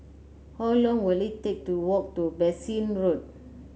how long will it take to walk to Bassein Road